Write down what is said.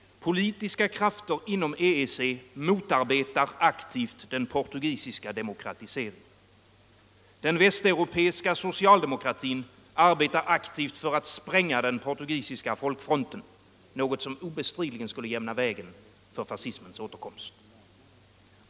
Politiska krafter inom EEC motarbetar aktivt den portugisiska demokratiseringen. Den västeuropeiska socialdemokratin arbetar aktivt för att spränga den portugisiska folkfronten — något som obestridligen skulle jämna vägen för fascismens återkomst.